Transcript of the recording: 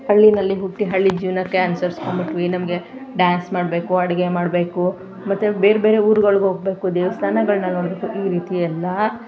ಹಳ್ಳಿಯಲ್ಲಿ ಹುಟ್ಟಿ ಹಳ್ಳಿ ಜೀವನಕ್ಕೆ ಅನುಸರಿಸ್ಕೊಂಡ್ಬಿಟ್ಟು ನಮಗೆ ಡ್ಯಾನ್ಸ್ ಮಾಡಬೇಕು ಅಡುಗೆ ಮಾಡಬೇಕು ಮತ್ತು ಬೇರೆ ಬೇರೆ ಊರುಗಳಿಗ್ಹೋಗ್ಬೇಕು ದೇವಸ್ಥಾನಗಳ್ನ ನೋಡಬೇಕು ಈ ರೀತಿ ಎಲ್ಲ